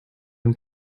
dem